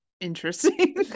interesting